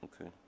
okay